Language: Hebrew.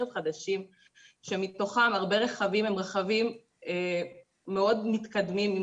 חדשים שמתוכם הרבה רכבים הם רכבים מאוד מתקדמים,